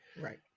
Right